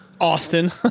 Austin